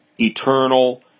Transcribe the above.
eternal